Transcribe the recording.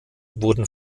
wurden